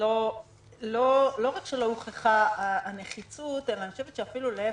לא רק שלא הוכחה הנחיצות, אלא אפילו להיפך.